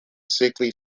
sickly